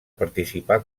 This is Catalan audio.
participar